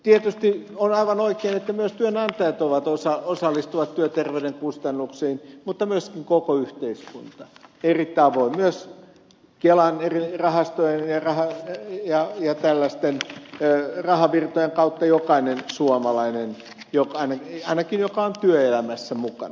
tietysti on aivan oikein että myös työnantajat osallistuvat työterveyden kustannuksiin mutta myöskin koko yhteiskunta eri tavoin myös kelan eri rahastojen ja tällaisten rahavirtojen kautta jokainen suomalainen ainakin jokainen joka on työelämässä mukana